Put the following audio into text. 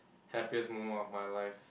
happiest moment of my life